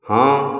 ହଁ